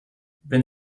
wenn